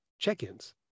check-ins